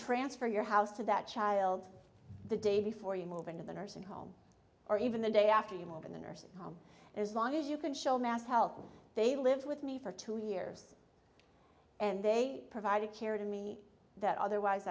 transfer your house to that child the day before you move into the nursing home or even the day after you move in the nursing home and as long as you can show mass health they lived with me for two years and they provided care to me that otherwise